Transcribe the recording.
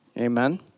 Amen